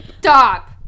Stop